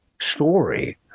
story